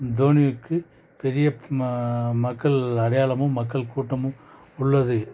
தோனிக்கு பெரிய ம மக்கள் அடையாளமும் மக்கள் கூட்டமும் உள்ளது